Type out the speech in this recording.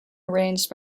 arranged